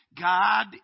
God